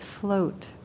float